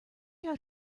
out